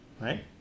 right